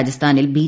രാജസ്ഥാനിൽ ബി